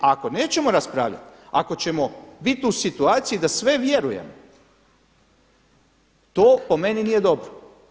A ako nećemo raspravljati, ako ćemo bit u situaciji da sve vjerujemo to po meni nije dobro.